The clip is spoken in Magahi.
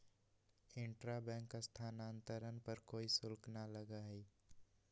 इंट्रा बैंक स्थानांतरण पर कोई शुल्क ना लगा हई